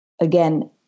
Again